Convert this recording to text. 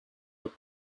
were